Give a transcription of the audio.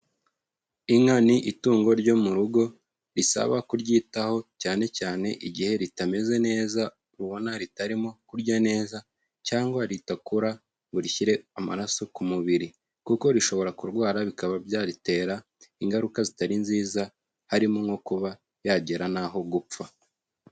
Inka ni itungo ryo mu rugo, risaba kuryitaho cyane cyane igihe ritameze neza, ubona ritarimo kurya neza cyangwa ridakura ngo rishyire amaraso ku mubiri, kuko rishobora kurwara bikaba byaritera ingaruka zitari nziza, harimo nko kuba yagera n'aho gupfa.